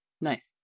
Nice